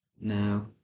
No